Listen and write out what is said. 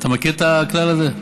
אתה מכיר את הכלל הזה?